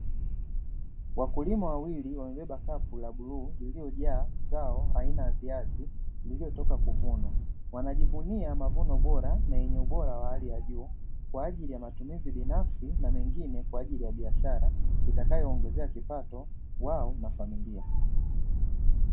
Wakulima wawili wamebeba kapu la bluu, lililojaa zao aina ya viazi, vilivyotoka kuvunwa. Wanajivunia mavuno bora na yenye ubora wa hali ya juu, kwa ajili ya matumizi binafsi na mengine kwa ajili ya biashara, itakayowaongezea kipato wao na familia.